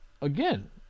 again